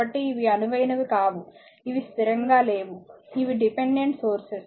కాబట్టి ఇవి అనువైనవి కావు ఇవి స్థిరంగా లేవు ఇవి డిపెండెంట్ సోర్సెస్